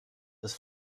ist